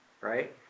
Right